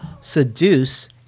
seduce